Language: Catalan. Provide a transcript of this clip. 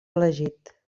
elegit